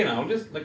so